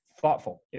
thoughtful